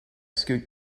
scoot